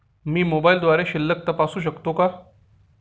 मी मोबाइलद्वारे शिल्लक तपासू शकते का?